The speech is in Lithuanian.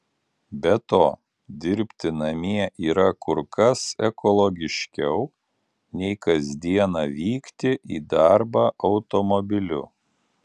be to dirbti namie yra kur kas ekologiškiau nei kas dieną vykti į darbą automobiliu